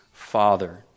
Father